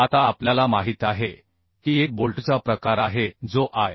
आता आपल्याला माहित आहे की एक बोल्टचा प्रकार आहे जो I